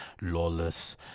lawless